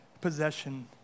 possession